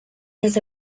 his